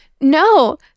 no